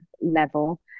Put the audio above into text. level